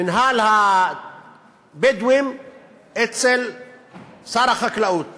מינהל הבדואים הוא אצל שר החקלאות.